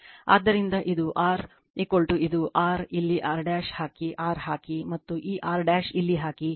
ಆದ್ದರಿಂದ ಇದು R ಇದು R ಇಲ್ಲಿ R ಹಾಕಿ R ಹಾಕಿ ಮತ್ತು ಈ R ಇಲ್ಲಿ ಹಾಕಿ